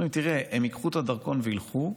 אמרו לנו: תראה, הם ייקחו את הדרכון וילכו,